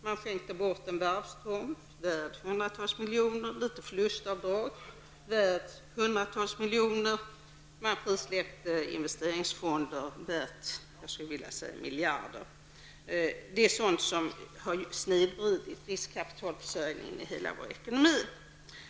Man skänkte bort en varvstomt värd hundratals miljoner, man medgav förlustavdrag värda hundratals miljoner, man frisläppte investeringsfonder till ett värde av miljarder. Det är sådant som har snedvridit rikskapitalförsörjningen i hela vår ekonomi.